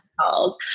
calls